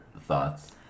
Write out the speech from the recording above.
thoughts